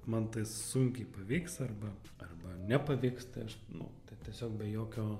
man tai sunkiai pavyks arba arba nepavyks tai aš nu tiesiog be jokio